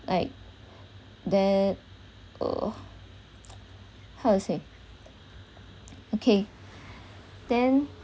like they uh how to say okay then